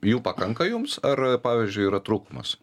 jų pakanka jums ar pavyzdžiui yra trūkumas